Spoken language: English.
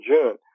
June